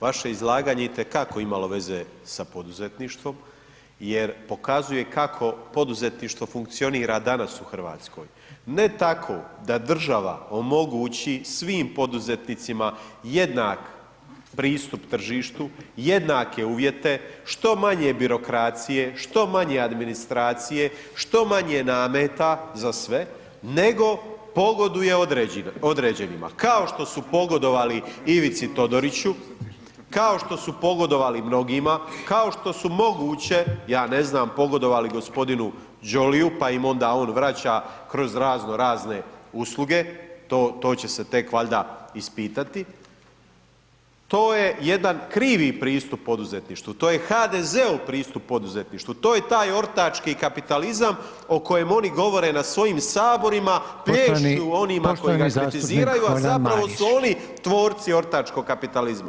Vaše izlaganje je itekako imalo veze sa poduzetništvom jer pokazuje kako poduzetništvo funkcionira danas u RH, ne tako da država omogući svim poduzetnicima jednak pristup tržištu, jednake uvjete, što manje birokracije, što manje administracije, što manje nameta za sve, nego pogoduje određenima kao što su pogodovali Ivici Todoriću, kao što su pogodovali mnogima, kao što su moguće, ja ne znam, pogodovali g. Jollyu, pa im onda on vraća kroz razno razne usluge, to će se tek valjda ispitati, to je jedan krivi pristup poduzetništvu, to je HDZ-ov pristup poduzetništvu, to je taj ortački kapitalizam o kojem oni govore na svojim saborima plješću onima koji ih kritiziraju, a zapravo su oni tvorci ortačkog kapitalizma.